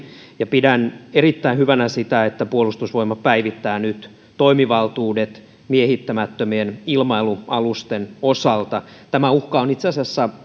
ja pidän erittäin hyvänä sitä että puolustusvoimat päivittää nyt toimivaltuudet miehittämättömien ilma alusten osalta tämä uhka on itse asiassa